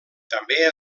també